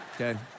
Okay